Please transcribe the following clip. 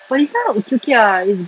pearlista okay okay ah it's